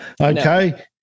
okay